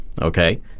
okay